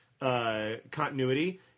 continuity